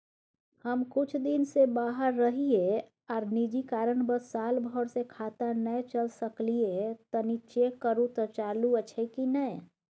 हम कुछ दिन से बाहर रहिये आर निजी कारणवश साल भर से खाता नय चले सकलियै तनि चेक करू त चालू अछि कि नय?